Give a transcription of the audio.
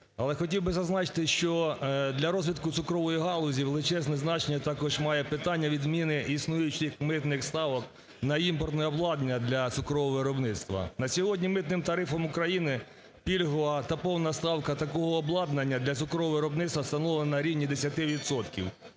Але хотів би зазначити, що для розвитку цукрової галузі величезне значення також має питання відміни існуючих митних ставок на імпортне обладнання для цукрового виробництва. На сьогодні митним тарифом України пільгова та повна ставка такого обладнання для цукрового виробництва встановлена на рівні 10